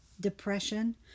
depression